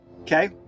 Okay